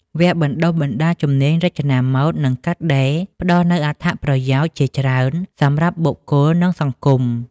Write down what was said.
វគ្គបណ្តុះបណ្តាលជំនាញ រចនាម៉ូដ និងកាត់ដេរ ផ្តល់នូវអត្ថប្រយោជន៍ជាច្រើនសម្រាប់បុគ្គល និងសង្គម។